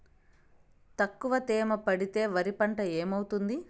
తక్కువ తేమ పెడితే వరి పంట ఏమవుతుంది